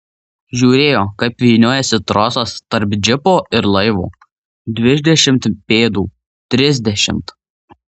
žiūrėjo kaip vyniojasi trosas tarp džipo ir laivo dvidešimt pėdų trisdešimt